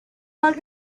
bug